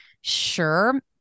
sure